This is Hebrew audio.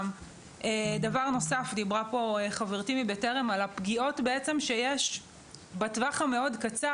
דבר נוסף: דיברה פה חברתי מבטרם על הפגיעות שיש בטווח המאוד קצר.